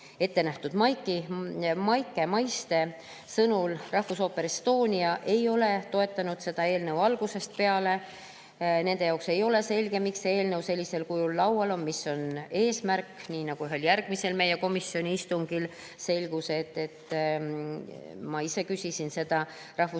Maike Maiste sõnul Rahvusooper Estonia ei ole toetanud seda eelnõu algusest peale. Nende jaoks ei ole selge, miks see eelnõu sellisel kujul laual on ja mis on selle eesmärk. Nii nagu ühel järgmisel meie komisjoni istungil selgus – ma ise küsisin seda –, ei kuulu Rahvusooper Estonia